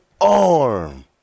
arm